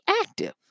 active